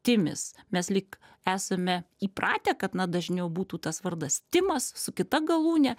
timis mes lyg esame įpratę kad na dažniau būtų tas vardas timas su kita galūne